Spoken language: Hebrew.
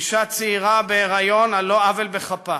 אישה צעירה בהיריון, על לא עוול בכפה.